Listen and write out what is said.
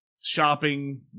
shopping